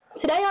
Today